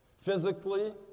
physically